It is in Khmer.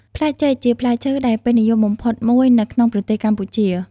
ផ្លែចេក ជាផ្លែឈើដែលពេញនិយមបំផុតមួយនៅក្នុងប្រទេសកម្ពុជា។